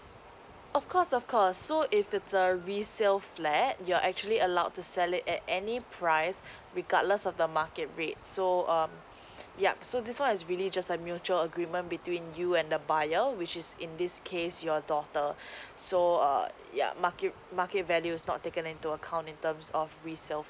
of course of course so if it's a resale flat you're actually allowed to sell it at any price regardless of the market rate so um yup so this one is really just a mutual agreement between you and the buyer which is in this case your daughter so err yup market market values not taken into account in terms of resale